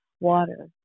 Water